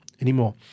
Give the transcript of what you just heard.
anymore